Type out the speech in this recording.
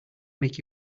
make